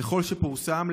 וככל שפורסם,